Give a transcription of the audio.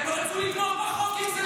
מה זה עובדות?